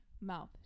mouth